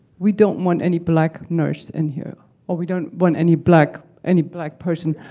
we don't want any black nurse in here or we don't want any black any black person.